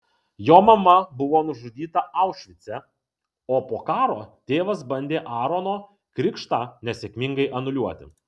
jo mama buvo nužudyta aušvice o po karo tėvas bandė aarono krikštą nesėkmingai anuliuoti